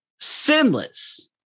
sinless